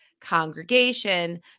congregation